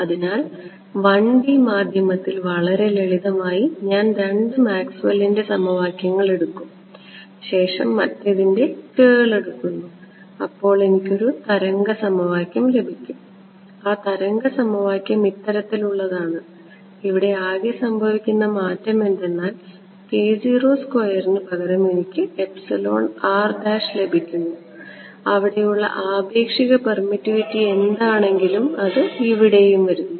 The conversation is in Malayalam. അതിനാൽ 1D മാധ്യമത്തിൽ വളരെ ലളിതമായി ഞാൻ രണ്ട് മാക്സ്വെല്ലിന്റെ സമവാക്യങ്ങൾ എടുക്കും ശേഷം മറ്റേതിൻറെ കേൾ എടുക്കുന്നു അപ്പോൾ എനിക്ക് ഒരു തരംഗ സമവാക്യം ലഭിക്കും ആ തരംഗ സമവാക്യം ഇത്തരത്തിലുള്ളതാണ് ഇവിടെ ആകെ സംഭവിക്കുന്ന മാറ്റം എന്തെന്നാൽ നു പകരം എനിക്ക് ലഭിക്കുന്നു അവിടെയുള്ള ആപേക്ഷിക പെർമിറ്റിവിറ്റി എന്താണെങ്കിലും അത് ഇവിടെയും വരുന്നു